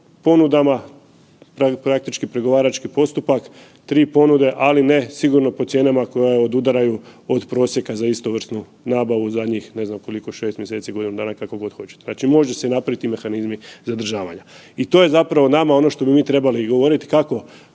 ponudama, praktički pregovarački postupak 3 ponude, ali ne sigurno po cijenama koje odudaraju od prosjeka za istovrsnu nabavu zadnjim ne znam koliko 6 mjeseci, godinu dana, kako god hoćete. Znači može se napraviti ti mehanizmi zadržavanja. I to je zapravo nama ono što bi mi trebali govoriti kako